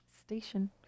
station